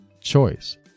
choice